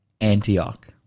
Antioch